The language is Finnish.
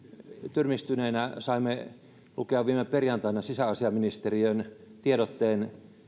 tyrmistyneenä saimme lukea viime perjantaina sisäasiainministeriön tiedotteen